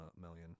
million